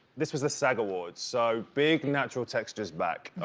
this was the sag awards. so big, natural texture's back.